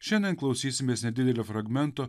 šiandien klausysimės nedidelio fragmento